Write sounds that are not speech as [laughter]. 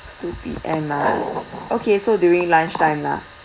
two P_M ah [noise] okay so during lunch time lah